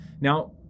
Now